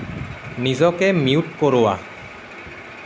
নিজকে মিউট কৰোৱা